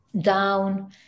down